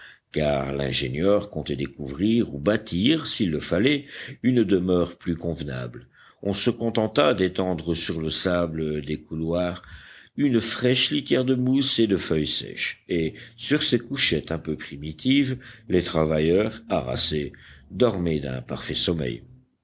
car l'ingénieur comptait découvrir ou bâtir s'il le fallait une demeure plus convenable on se contenta d'étendre sur le sable des couloirs une fraîche litière de mousses et de feuilles sèches et sur ces couchettes un peu primitives les travailleurs harassés dormaient d'un parfait sommeil